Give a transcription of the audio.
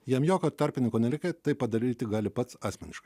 jam jokio tarpininko nereikia tai padaryti gali pats asmeniškai